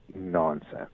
nonsense